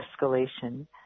escalation